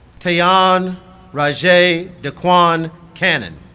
te'yon rajae de'quan cannon